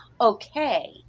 okay